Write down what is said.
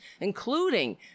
including